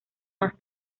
más